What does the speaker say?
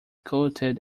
quoted